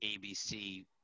ABC